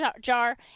jar